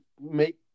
make